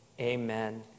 Amen